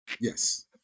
Yes